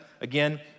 Again